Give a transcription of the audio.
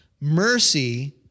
Mercy